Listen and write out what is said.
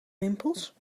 rimpels